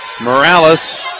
Morales